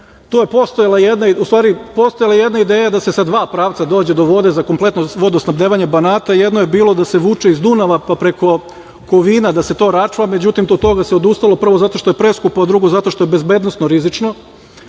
To je postojala jedna ideja da se sa dva pravca dođe do vode za kompletno vodosnabdevanje Banata. Jedno je bilo da se vuče iz Dunava, pa preko Kovina da se to račva, međutim, od toga se odustalo, prvo, zato što je preskupo i, drugo, zato što je bezbednosno rizično.